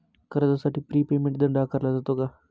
कर्जासाठी pre payment दंड आकारला जातो का?